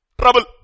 trouble